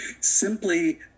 simply